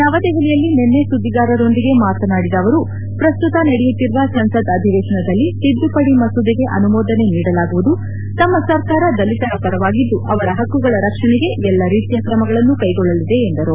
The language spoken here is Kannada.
ನವದೆಹಲಿಯಲ್ಲಿ ನಿನ್ನೆ ಸುದ್ದಿಗಾರರೊಂದಿಗೆ ಮಾತನಾಡಿದ ಅವರು ಪ್ರಸ್ತುತ ನಡೆಯುತ್ತಿರುವ ಸಂಸತ್ ಅಧಿವೇಶನವದಲ್ಲಿ ತಿದ್ದುಪದಿ ಮಸೂದೆಗೆ ಅನುಮೋದನೆ ನೀಡಲಾಗುವುದು ತಮ್ಮ ಸರ್ಕಾರ ದಲಿತರ ಪರವಾಗಿದ್ದು ಅವರ ಹಕ್ಕುಗಳ ರಕ್ಷಣೆಗೆ ಎಲ್ಲ ರೀತಿಯ ಕ್ರಮಗಳನ್ನು ಕೈಗೊಳ್ಳಲಿದೆ ಎಂದರು